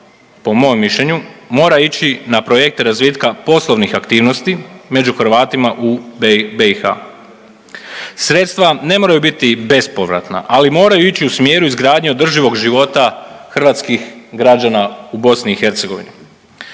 po mom mišljenju mora ići na projekte razvitka poslovnih aktivnosti među Hrvatima u BiH. Sredstva ne moraju biti bespovratna, ali moraju ići u smjeru izgradnje održivog života hrvatskih građana u BiH.